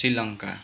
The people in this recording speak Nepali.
श्रीलङ्का